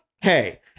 Hey